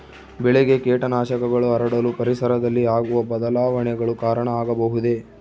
ಬೆಳೆಗೆ ಕೇಟನಾಶಕಗಳು ಹರಡಲು ಪರಿಸರದಲ್ಲಿ ಆಗುವ ಬದಲಾವಣೆಗಳು ಕಾರಣ ಆಗಬಹುದೇ?